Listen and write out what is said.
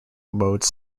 modes